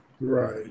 Right